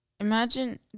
imagine